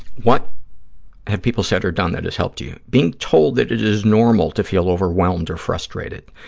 what have people said or done that has helped you? being told that it is normal to feel overwhelmed or frustrated.